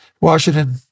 Washington